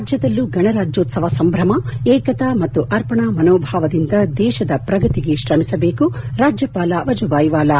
ರಾಜ್ಯದಲ್ಲೂ ಗಣರಾಜ್ಜೋತ್ಸವ ಸಂಭ್ರಮ ಏಕತಾ ಮತ್ತು ಅರ್ಪಣಾ ಮನೋಭಾವದಿಂದ ದೇಶದ ಪ್ರಗತಿಗೆ ಶ್ರಮಿಸಬೇಕು ರಾಜ್ಯಪಾಲ ವಜೂಭಾಯ್ ವಾಲಾ